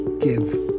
give